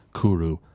Kuru